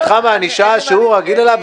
למתחם הענישה שהוא רגיל אליו -- מה זה משנה עכשיו?